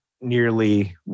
nearly